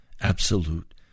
absolute